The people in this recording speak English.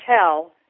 tell